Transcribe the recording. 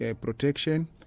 protection